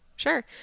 sure